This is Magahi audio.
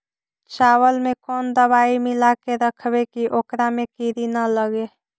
चावल में कोन दबाइ मिला के रखबै कि ओकरा में किड़ी ल लगे?